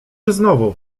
znowu